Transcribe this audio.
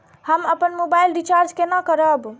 हम अपन mobile recharge केना करब?